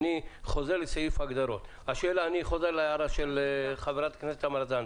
אני חוזר לסעיף ההגדרות וחוזר להערה של חברת הכנסת תמר זנדברג.